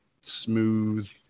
smooth